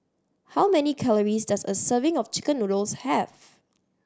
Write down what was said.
how many calories does a serving of chicken noodles have